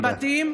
אין בתים,